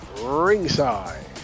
ringside